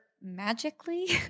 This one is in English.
magically